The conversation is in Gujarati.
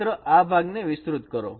માત્ર આ ભાગને વિસ્તૃત કરો